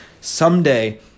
someday